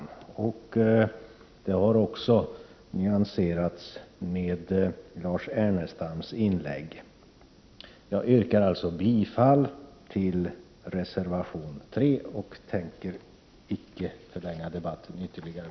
De argumenten har sedan nyanserats efter Lars Ernestams inlägg. Jag nöjer mig därför med att yrka bifall till reservation 3 och avstår från att förlänga debatten ytterligare.